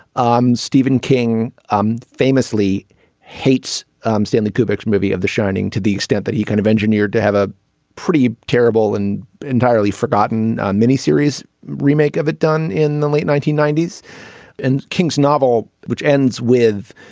um stephen king um famously hates um stanley kubrick's movie of the shining to the extent that he kind of engineered to have a pretty terrible and entirely forgotten mini series remake of it done in the late nineteen ninety s and king's novel which ends with.